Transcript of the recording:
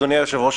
אדוני היושב-ראש,